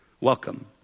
Welcome